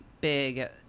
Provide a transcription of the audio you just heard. big